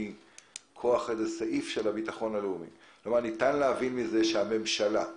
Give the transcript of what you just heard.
סעיף הביטחון הלאומי, ניתן להבין שהממשלה,